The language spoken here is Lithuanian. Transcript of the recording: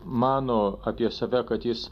mano apie save kad jis